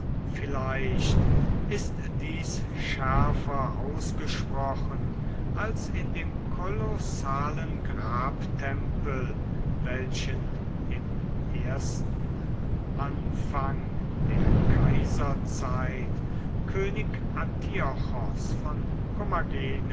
vielleicht ist dies schärfer ausgesprochen als in dem kolossalen grabtempel welchen im ersten anfang der kaiserzeit könig antiochos von